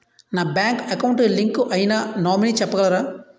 నా bank account కి link అయినా నామినీ చెప్పగలరా?